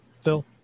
Phil